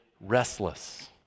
restless